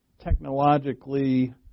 technologically